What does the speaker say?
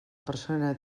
persona